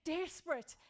desperate